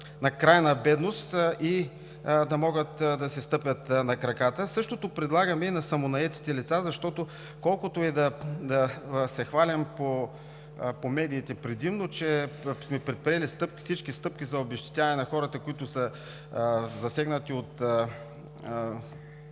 на крайна бедност и да могат да си стъпят на краката. Същото предлагаме и на самонаетите лица, защото колкото и да се хвалим по медиите предимно, че сме предприели всички стъпки за обезщетяване на хората, които са засегнати от